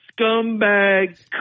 scumbag